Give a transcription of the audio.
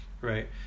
right